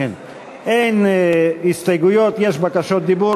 יש בקשות דיבור.